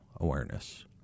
awareness